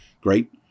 Great